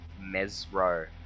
Mesro